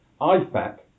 IFAC